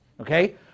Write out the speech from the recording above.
Okay